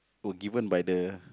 were given by the